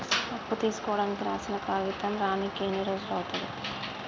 అప్పు తీసుకోనికి రాసిన కాగితం రానీకి ఎన్ని రోజులు అవుతది?